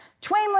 Twain